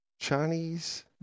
Chinese